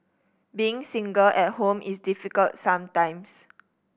being single at home is difficult sometimes